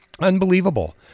unbelievable